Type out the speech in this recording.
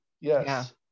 yes